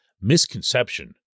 misconception